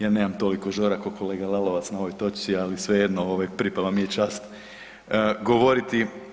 Ja nemam toliko žara ko kolega Lalovac na ovoj točci, ali svejedno ovaj pripala mi je čast govoriti.